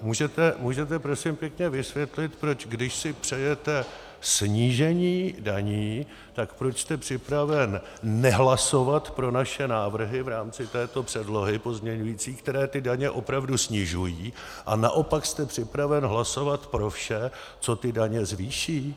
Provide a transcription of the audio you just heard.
Můžete prosím pěkně vysvětlit, proč když si přejete snížení daní, tak proč jste připraven nehlasovat pro naše návrhy v rámci této předlohy, pozměňující, které ty daně opravdu snižují, a naopak jste připraven hlasovat pro vše, co ty daně zvýší?